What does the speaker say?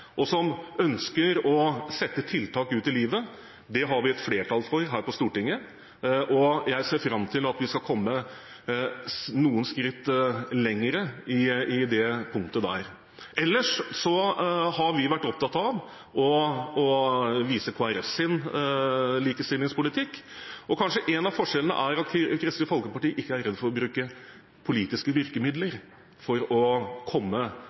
og som ønsker å sette tiltak ut i livet. Det har vi et flertall for her på Stortinget, og jeg ser fram til at vi skal komme noen skritt lenger på det punktet. Ellers har vi vært opptatt av å vise Kristelig Folkepartis likestillingspolitikk. Kanskje en av forskjellene er at Kristelig Folkeparti ikke er redd for å bruke politiske virkemidler for å komme